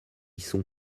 sont